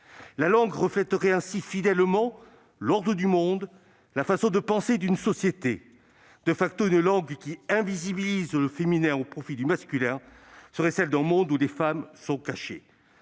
La langue refléterait ainsi fidèlement l'ordre du monde, la façon de penser d'une société., une langue qui invisibilise le féminin au profit du masculin serait celle d'un monde où les femmes sont cachées.